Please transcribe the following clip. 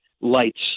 lights